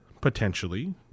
potentially